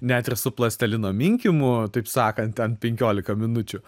net ir su plastelino minkymu taip sakant ten penkiolika minučių